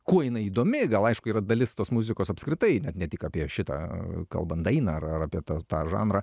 kuo jinai įdomi gal aišku yra dalis tos muzikos apskritai ne ne tik apie šitą kalbant dainą ar apie tą tą žanrą